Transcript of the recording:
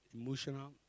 emotional